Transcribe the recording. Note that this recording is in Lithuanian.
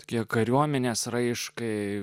tiek kariuomenės raiškai